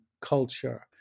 culture